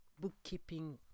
bookkeeping